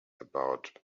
about